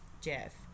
Jeff